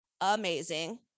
amazing